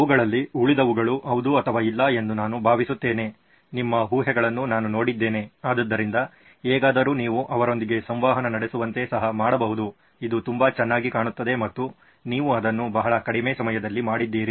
ಅವುಗಳಲ್ಲಿ ಉಳಿದವುಗಳು ಹೌದು ಅಥವಾ ಇಲ್ಲ ಎಂದು ನಾನು ಭಾವಿಸುತ್ತೇನೆ ನಿಮ್ಮ ಊಹೆಗಳನ್ನು ನಾನು ನೋಡಿದ್ದೇನೆ ಆದ್ದರಿಂದ ಹೇಗಾದರೂ ನೀವು ಅವರೊಂದಿಗೆ ಸಂವಹನ ನಡೆಸುವಂತೆ ಸಹ ಮಾಡಬಹುದು ಇದು ತುಂಬಾ ಚೆನ್ನಾಗಿ ಕಾಣುತ್ತದೆ ಮತ್ತು ನೀವು ಅದನ್ನು ಬಹಳ ಕಡಿಮೆ ಸಮಯದಲ್ಲಿ ಮಾಡಿದ್ದೀರಿ